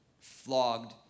flogged